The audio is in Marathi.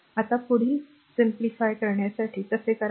आता पुढील सरलीकरणासाठी कसे करावे